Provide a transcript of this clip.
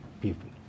people